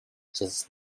just